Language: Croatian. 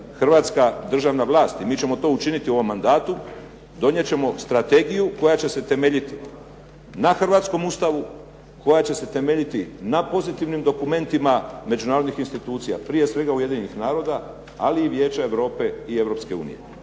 hrvatska državna vlast i mi ćemo to učiniti u ovom mandatu, donijet ćemo strategiju koja će se temeljiti na hrvatskom Ustavu, koja će se temeljiti na pozitivnim dokumentima međunarodnih institucija prije svega Ujedinjenih naroda, ali i Vijeća Europe i Europske unije.